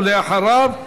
ואחריו,